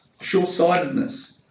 short-sightedness